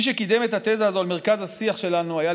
מי שקידם את התזה הזאת אל מרכז השיח שלנו היה,